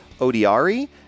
Odiari